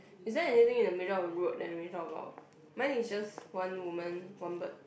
is there anything in the middle of the road that we need talk about mine is just one woman one bird